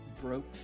broke